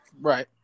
Right